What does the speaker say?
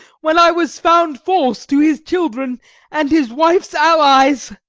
when i was found false to his children and his wife's allies